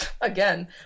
again